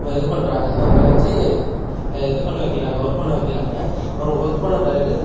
இது பண்றாங்க அவங்கள வச்சு இது பண்ண வைக்கிறாங்க ஒர்க் பண்ண வைக்கிறாங்க அவங்க ஒர்க் பண்ண பிறகு